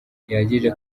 gihagije